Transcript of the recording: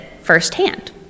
firsthand